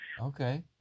Okay